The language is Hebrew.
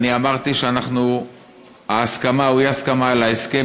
אמרתי שההסכמה או האי-הסכמה על ההסכם